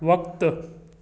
वक़्तु